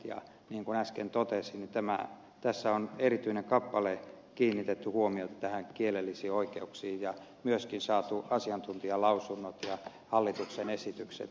niin kuin äsken totesin tässä on erityinen kappale jossa on kiinnitetty huomiota näihin kielellisiin oikeuksiin ja on myöskin saatu asiantuntijalausunnot ja hallituksen esitykset